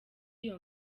iyo